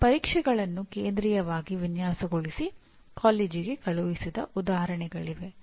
ಮತ್ತು ಪರೀಕ್ಷೆಗಳನ್ನು ಕೇಂದ್ರೀಯವಾಗಿ ವಿನ್ಯಾಸಗೊಳಿಸಿ ಕಾಲೇಜಿಗೆ ಕಳುಹಿಸಿದ ಉದಾಹರಣೆಗಳಿವೆ